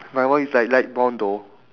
my one is like light brown though